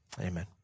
Amen